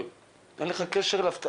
אבל אין לך קשר אליו.